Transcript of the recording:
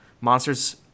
Monsters